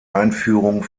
einführung